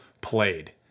played